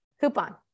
coupon